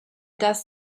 das